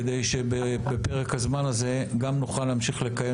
כדי שבפרק הזמן הזה גם נוכל להמשיך לקיים